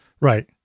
Right